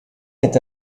est